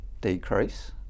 decrease